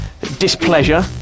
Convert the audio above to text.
Displeasure